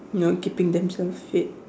ya keeping themselves fit